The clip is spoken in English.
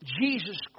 Jesus